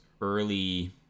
early